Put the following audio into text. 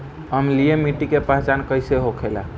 अम्लीय मिट्टी के पहचान कइसे होखे?